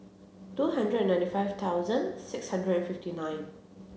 two hundred ninety five thousand six hundred fifty nine